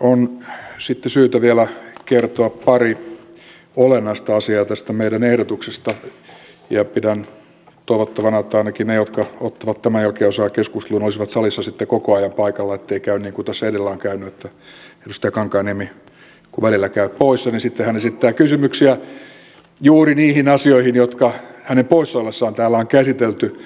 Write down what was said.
on sitten syytä vielä kertoa pari olennaista asiaa tästä meidän ehdotuksestamme ja pidän toivottavana että ainakin ne jotka ottavat tämän jälkeen osaa keskusteluun olisivat salissa sitten koko ajan paikalla ettei käy niin kuin tässä edellä on käynyt että edustaja kankaanniemi kun välillä käy poissa niin sitten hän esittää kysymyksiä juuri niihin asioihin jotka hänen poissa ollessaan täällä on käsitelty